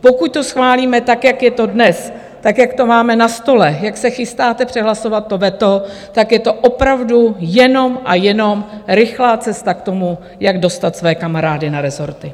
Pokud to schválíme, tak jak je to dnes, tak jak to máme na stole, jak se chystáte přehlasovat to veto, tak je to opravdu jenom a jenom rychlá cesta k tomu, jak dostat své kamarády na rezorty.